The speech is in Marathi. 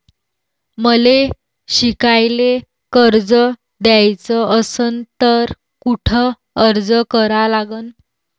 मले शिकायले कर्ज घ्याच असन तर कुठ अर्ज करा लागन?